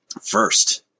first